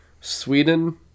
Sweden